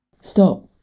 Stop